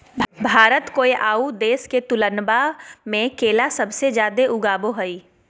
भारत कोय आउ देश के तुलनबा में केला सबसे जाड़े उगाबो हइ